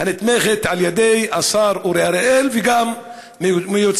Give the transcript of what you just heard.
הנתמכת על ידי השר אורי אריאל וגם מיוצגת